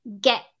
get